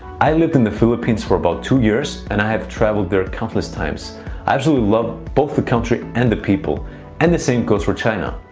i lived in the philippines for about two years and have traveled there countless times. i absolutely love both the country and the people and the same goes for china.